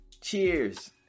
cheers